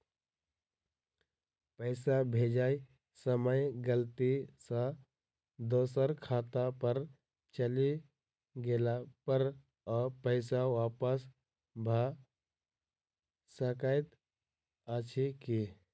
पैसा भेजय समय गलती सँ दोसर खाता पर चलि गेला पर ओ पैसा वापस भऽ सकैत अछि की?